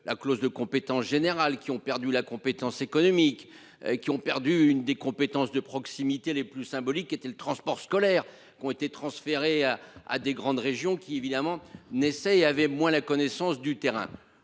la clause de compétence générale qui ont perdu la compétence économique qui ont perdu une des compétences de proximité les plus symboliques était le transport scolaire qui ont été transférés à à des grandes régions qui évidemment n'essaie avait moins la connaissance du terrain,